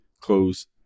Close